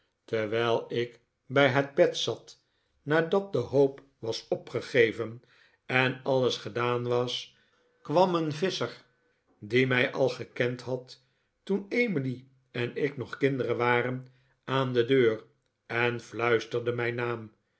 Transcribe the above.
terwijl ik bij het bed zat nadat de hoop was opgegeven en alles gedaan was kwam een visscher die mij al gekend had toen emily en ik nog kinderen waren aan de deur en fluisterde mijn naam